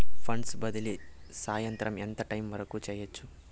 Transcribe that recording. funds బదిలీ సాయంత్రం ఎంత టైము వరకు చేయొచ్చు